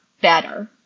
better